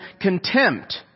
contempt